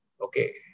Okay